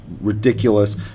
ridiculous